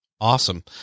Awesome